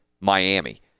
Miami